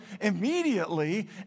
immediately